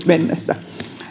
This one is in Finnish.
mennessä